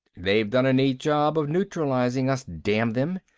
they've done a neat job of neutralizing us, damn them.